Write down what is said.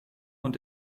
und